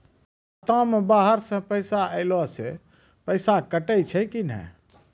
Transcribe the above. खाता मे बाहर से पैसा ऐलो से पैसा कटै छै कि नै?